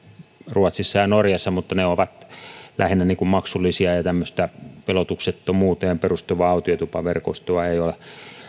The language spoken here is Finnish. ruotsissa ja norjassa mutta ne ovat lähinnä maksullisia ja tämmöistä veloituksettomuuteen perustuvaa autiotupaverkostoa ei ole